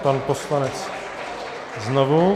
Pan poslanec znovu.